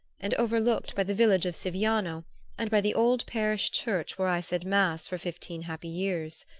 and overlooked by the village of siviano and by the old parish-church where i said mass for fifteen happy years.